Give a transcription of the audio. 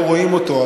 לא רואים אותו,